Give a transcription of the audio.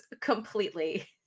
completely